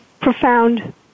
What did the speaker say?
profound